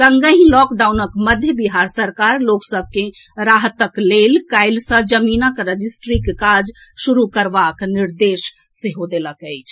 संगहि लॉकडाउनक मध्य बिहार सरकार लोक सभ के राहतक लेल काल्हि सऽ जमीनक रजिस्ट्रीक काज शुरू करबाक निर्देश देलक अछि